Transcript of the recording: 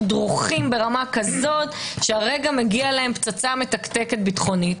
דרוכים כך שהרגע מגיע להם פצצה מתקתקת ביטחונית.